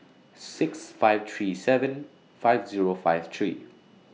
six five three seven five Zero five three